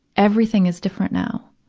everything is different now,